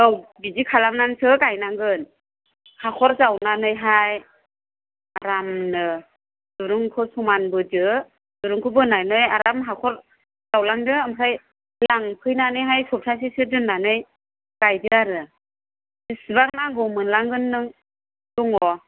औ बिदि खालामनानैसो गायनांगोन हाख'र जावनानैहाय आरामनो दुरुंखौ समान बोदो दुरुंखौ बोनानै आराम हाख'र जावलांदो ओमफ्राय लांफैनानै हाय सप्तासेसो दोन्नानै गायदो आरो बिसिबां नांगौ मोनलांगोन नों दङ